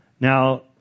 Now